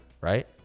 Right